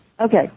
Okay